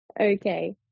Okay